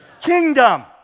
Kingdom